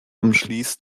umschließt